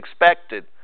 expected